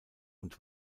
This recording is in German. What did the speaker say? und